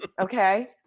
Okay